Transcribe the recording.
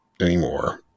anymore